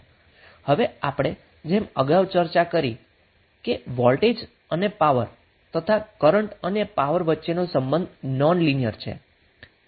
હવે આપણે જેમ અગાઉ ચર્ચા કરી કે વોલ્ટેજ અને પાવર તથા કરન્ટ અને પાવર વચ્ચેનો સંબંધ નોનલિનિયર છે